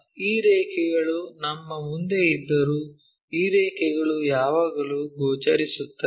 ಈ ರೇಖೆಗಳು ನಮ್ಮ ಮುಂದೆ ಇದ್ದರೂ ಈ ರೇಖೆಗಳು ಯಾವಾಗಲೂ ಗೋಚರಿಸುತ್ತವೆ